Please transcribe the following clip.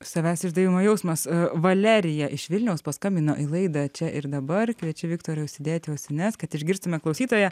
savęs išdavimo jausmas valerija iš vilniaus paskambino į laidą čia ir dabar kviečiu viktorai užsidėti ausines kad išgirstume klausytoją